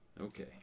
Okay